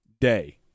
Day